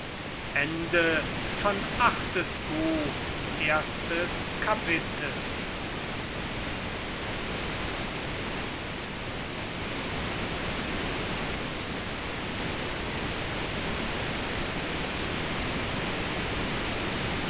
achtes buch erstes kapitel